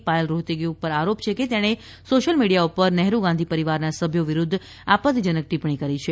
પાયલ રોહતગી ઉપર આરોપ છે કે તેણે સોશિયલ મીડીયા પર નહેરુ ગાંધી પરિવારના સભ્યો વિરુદ્ધ આપત્તિજનક ટીપ્પણી કરી છે